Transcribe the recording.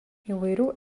įvairių